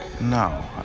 No